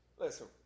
listen